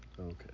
Okay